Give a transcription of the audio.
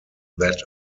that